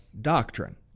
doctrine